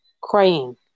crying